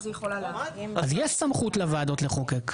אז יש סמכות לוועדות לחוקק.